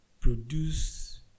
produce